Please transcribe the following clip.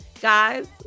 guys